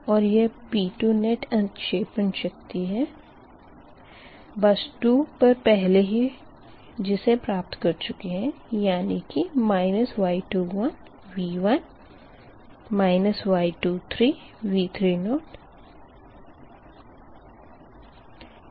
और यह P2 net अन्तक्षेपन शक्ति बस 2 पर पहले ही प्राप्त कर चुके है यानी कि Y21V1 Y23V30 पहले ही प्राप्त कर चुके है